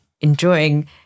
enjoying